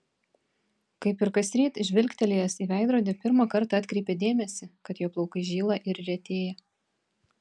kaip ir kasryt žvilgtelėjęs į veidrodį pirmą kartą atkreipė dėmesį kad jo plaukai žyla ir retėja